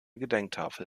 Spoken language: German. gedenktafel